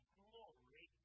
glory